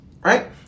right